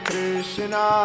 Krishna